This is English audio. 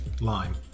Lime